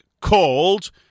called